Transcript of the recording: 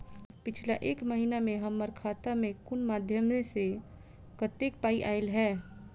पिछला एक महीना मे हम्मर खाता मे कुन मध्यमे सऽ कत्तेक पाई ऐलई ह?